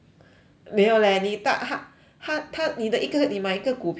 没有 leh 你大它它它你的一个你买一个股票要它上